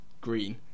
green